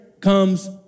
comes